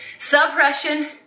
Suppression